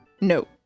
No